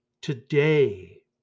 Today